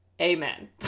Amen